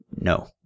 no